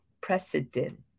precedent